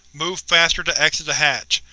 move faster to exit the hatch.